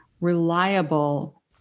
reliable